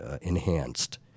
enhanced